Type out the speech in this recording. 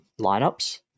lineups